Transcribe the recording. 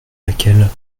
laquelle